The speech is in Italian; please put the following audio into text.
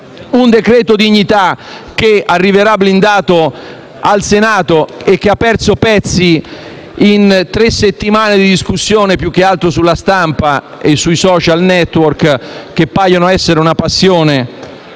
un decreto dignità che arriverà blindato al Senato e che ha perso pezzi in tre settimane di discussione, più che altro sulla stampa e sui *social network* che paiono essere una passione